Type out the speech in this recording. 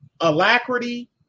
Alacrity